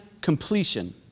completion